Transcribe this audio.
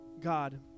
God